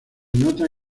nota